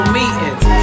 meetings